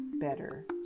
better